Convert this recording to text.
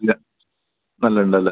ഇല്ല നല്ല ഉണ്ടല്ലേ